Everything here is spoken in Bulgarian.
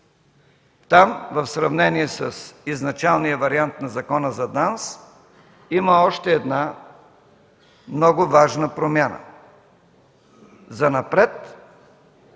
Там, в сравнение с изначалния вариант на Закона за ДАНС , има още една много важна промяна – занапред